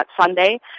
Sunday